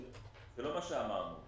מה שאמרנו.